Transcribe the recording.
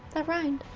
that rhymed.